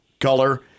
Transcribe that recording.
color